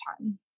time